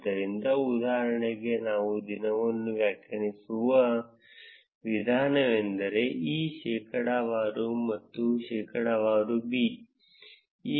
ಆದ್ದರಿಂದ ಉದಾಹರಣೆಗೆ ನಾವು ದಿನವನ್ನು ವ್ಯಾಖ್ಯಾನಿಸುವ ವಿಧಾನವೆಂದರೆ e ಶೇಕಡಾವಾರು ಮತ್ತು ಶೇಕಡಾವಾರು b